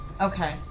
Okay